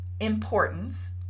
importance